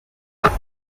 rural